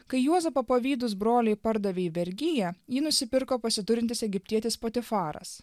kai juozapą pavydūs broliai pardavė į vergiją jį nusipirko pasiturintis egiptietis patifaras